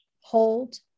hold